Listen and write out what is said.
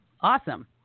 awesome